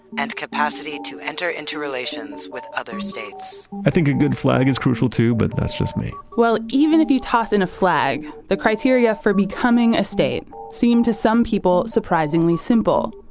and capacity to enter into relations with other states. i think a good flag is crucial too, but that's just me well, even if you toss in a flag, the criteria for becoming a state seem to some people, surprisingly simple.